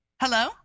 Hello